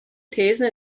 thesen